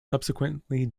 subsequently